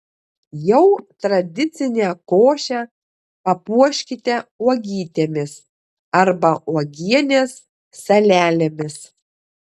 jau tradicinę košę papuoškite uogytėmis arba uogienės salelėmis